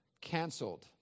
canceled